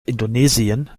indonesien